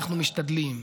אנחנו משתדלים,